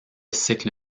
cycle